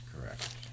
Correct